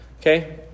Okay